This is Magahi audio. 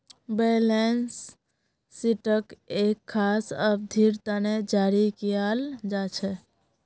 बैलेंस शीटक एक खास अवधिर तने जारी कियाल जा छे